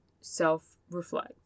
self-reflect